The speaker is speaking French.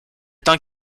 temps